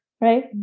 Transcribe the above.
right